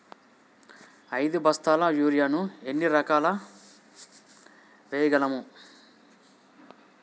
ఐదు బస్తాల యూరియా ను ఎన్ని ఎకరాలకు వేయగలము?